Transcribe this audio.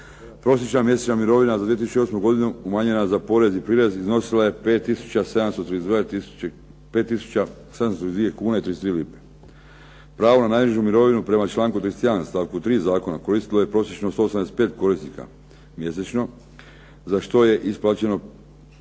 Prosječna mjesečna mirovina za 2008. godinu umanjena za porez i prirez iznosila je 5 tisuća 732 kune i 33 lipe. Pravo na najnižu mirovinu prema članku 21. stavku 3. zakona koristilo je prosječno 175 korisnika mjesečno za što je isplaćeno